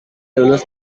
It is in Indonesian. lulus